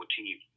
team